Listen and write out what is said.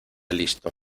listo